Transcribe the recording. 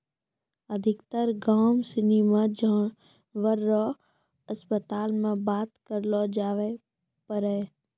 अधिकतर गाम सनी मे जानवर रो अस्पताल मे बात करलो जावै पारै